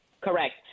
Correct